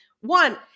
one